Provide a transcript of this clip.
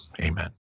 Amen